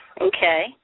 Okay